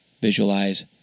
visualize